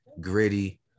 gritty